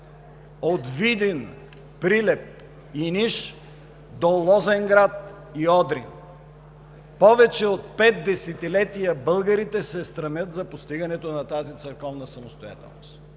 от Видин, Прилеп и Ниш до Лозенград и Одрин. Повече от пет десетилетия българите се стремят за постигането на тази църковна самостоятелност.